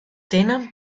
tenen